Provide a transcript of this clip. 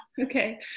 Okay